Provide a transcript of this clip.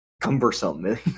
cumbersome